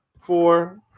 four